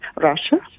Russia